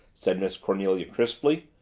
said miss cornelia crisply,